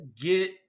get